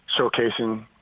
showcasing